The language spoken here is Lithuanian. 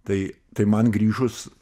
tai tai man grįžus